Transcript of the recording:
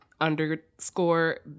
underscore